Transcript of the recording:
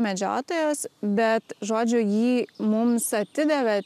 medžiotojas bet žodžiu jį mums atidavė